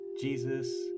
Jesus